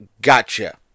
Gotcha